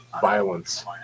violence